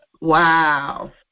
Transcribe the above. Wow